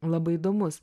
labai įdomus